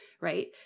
right